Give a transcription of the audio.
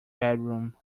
bedroom